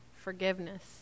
forgiveness